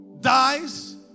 dies